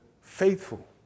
faithful